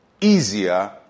easier